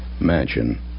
Mansion